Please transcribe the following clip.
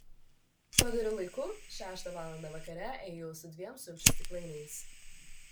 padoriu laiku šeštą valandą vakare ėjau su dviem sulčių stiklainiais